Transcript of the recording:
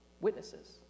Witnesses